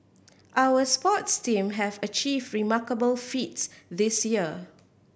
our sports team have achieved remarkable feats this year